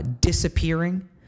disappearing